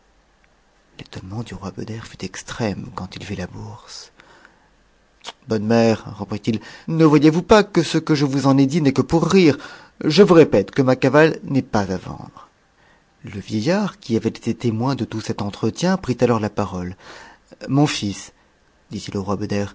l'étonnement du roi beder fut extrême quand il vit la bourse bonne m mère reprit-il ne voyez-vous pas que ce que je vous en ai dit n'est que pour rire je vous répète que ma cavale n'est pas à vendre m le vieillard qui avait été témoin de tout cet entretien prit alors la pa m n rôle mon fils dit-il au